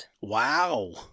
Wow